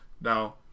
Now